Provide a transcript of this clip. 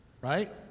right